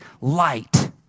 light